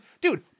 Dude